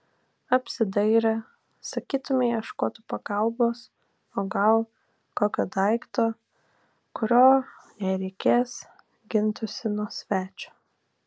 apsidairė sakytumei ieškotų pagalbos o gal kokio daikto kuriuo jei reikės gintųsi nuo svečio